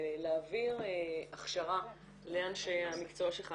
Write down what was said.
להעביר הכשרה לאנשי המקצוע שלך.